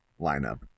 lineup